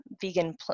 vegan